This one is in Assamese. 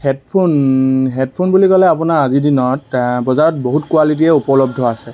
হেডফোন হেডফোন বুলি ক'লে আপোনাৰ আজিৰ দিনত বজাৰত বহুত কোৱালিটিয়ে উপলব্ধ আছে